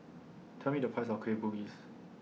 Tell Me The Price of Kueh Bugis